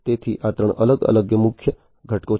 તેથી આ ત્રણ અલગ અલગ મુખ્ય ઘટકો છે